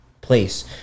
place